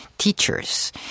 Teachers